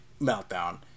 meltdown